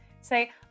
say